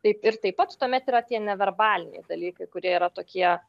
taip ir taip pat tuomet yra tie neverbaliniai dalykai kurie yra tokie